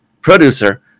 producer